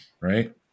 right